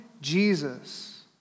Jesus